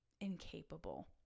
incapable